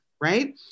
right